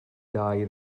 dair